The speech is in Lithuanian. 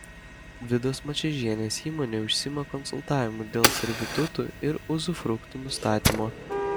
vidos mačiežienės įmonė užsiima konsultavimu dėl servitutų ir uzufruktų nustatymo